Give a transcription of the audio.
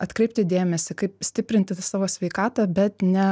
atkreipti dėmesį kaip stiprinti savo sveikatą bet ne